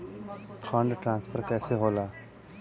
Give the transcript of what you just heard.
Fund transfer कैसे होला?